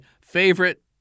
favorite